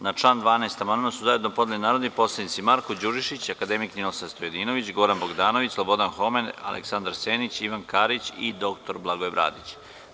Na član 12. amandman su zajedno podneli narodni poslanici Marko Đurišić, akademik Ninoslav Stojadinović, Goran Bogdanović, Slobodan Homen, Aleksandar Senić, Ivan Karić i dr Blagoje Bradić.